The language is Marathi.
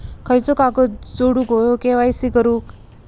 खयचो कागद जोडुक होयो के.वाय.सी करूक?